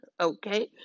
okay